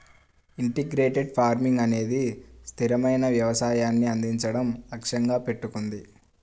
integrated farming అనేది స్థిరమైన వ్యవసాయాన్ని అందించడం లక్ష్యంగా పెట్టుకుంది